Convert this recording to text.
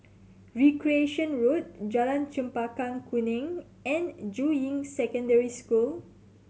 Recreation Road Jalan Chempaka Kuning and Juying Secondary School